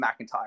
McIntyre